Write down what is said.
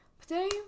today